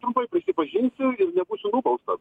trumpai prisipažinsiu ir nebūsiu nubaustas